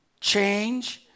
change